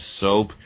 soap